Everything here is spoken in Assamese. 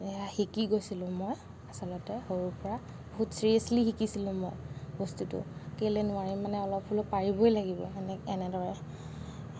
সেয়া শিকি গৈছিলোঁ মই আচলতে সৰুৰ পৰা বহুত ছিৰিয়াছলি শিকিছিলোঁ মই বস্তুটো কেলৈ নোৱাৰিম মই অলপ হ'লেও পাৰিবই লাগিব মানে এনেদৰে